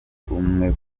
umwe